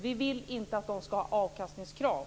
Vi vill inte att de skall ha avkastningskrav.